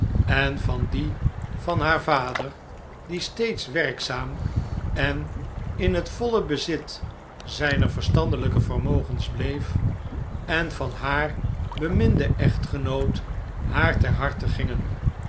en van die van haar vader die steeds werkzaam en in het voile bezit zijner verstandelijke vermogens bleef en van haar beminden echtgenoot naar ter harte gingen